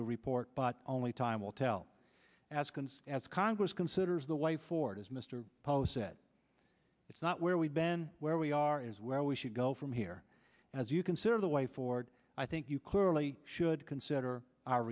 we report but only time will tell as concerned as congress considers the way forward as mr post said it's not where we've been where we are is where we should go from here as you consider the way forward i think you clearly should consider our